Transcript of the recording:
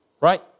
Right